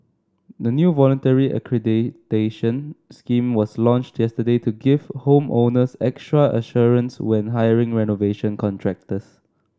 a new voluntary accreditation scheme was launched yesterday to give home owners extra assurance when hiring renovation contractors